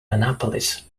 annapolis